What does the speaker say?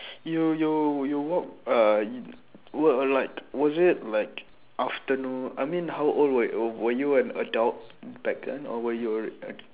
you you you walk uh you were like was it like afternoon I mean how old were were y~ were you an adult back then or were you a a